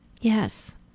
Yes